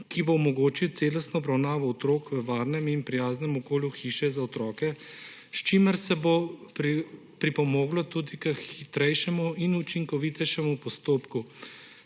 ki bo omogočil celostno obravnavo otrok v varnem in prijaznem okolju hiše za otroke, s čimer se bo pripomoglo tudi k hitrejšemu in učinkovitejšemu postopku,